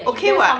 okay what